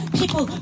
people